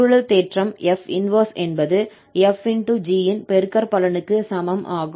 சுருளல் தேற்றம் F 1 என்பது 𝑓 ∗ g ன் பெருக்கற்பலனுக்கு சமம் ஆகும்